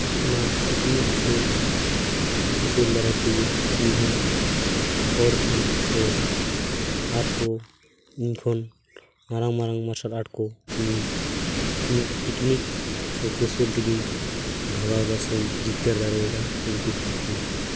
ᱚᱱᱟ ᱴᱮᱠᱱᱤᱠ ᱥᱮ ᱠᱳᱣᱥᱚᱞ ᱫᱟᱨᱟᱭ ᱛᱮᱜᱮ ᱤᱧ ᱦᱚᱸᱧ ᱦᱚᱲ ᱴᱷᱮᱱ ᱥᱮ ᱟᱨᱠᱚ ᱤᱧ ᱠᱷᱚᱱ ᱢᱟᱨᱟᱝ ᱢᱟᱨᱟᱝ ᱢᱟᱨᱥᱟᱞ ᱟᱨᱴ ᱠᱚ ᱤᱧᱤᱧ ᱤᱧᱟᱹᱜ ᱴᱮᱠᱱᱤᱠ ᱥᱮ ᱠᱳᱣᱥᱚᱞ ᱛᱮᱜᱤᱧ ᱵᱷᱟᱜᱟᱣ ᱫᱟᱲᱮ ᱥᱮᱧ ᱡᱤᱛᱠᱟᱹᱨ ᱫᱟᱲᱮ ᱟᱠᱟᱫᱟ ᱩᱱᱠᱩ ᱴᱷᱮᱱ ᱠᱷᱚᱱ